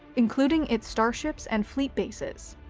including its starships and fleet bases.